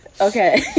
Okay